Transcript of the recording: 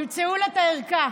ימצאו לה את הערכה.